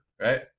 right